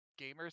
gamers